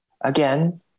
again